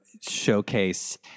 showcase